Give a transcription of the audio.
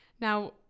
Now